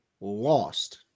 lost